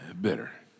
Bitter